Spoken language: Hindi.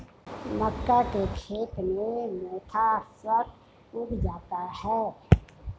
मक्का के खेत में मोथा स्वतः उग जाता है